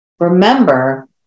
Remember